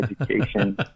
Education